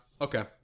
Okay